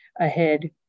ahead